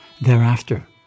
Thereafter